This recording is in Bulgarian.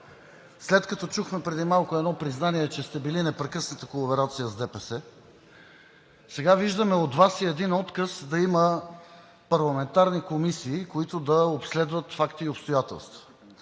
след като чухме преди малко едно признание, че сте били в непрекъсната колаборация с ДПС, сега виждаме от Вас и един отказ да има парламентарни комисии, които да обследват факти и обстоятелства.